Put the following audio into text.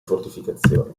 fortificazione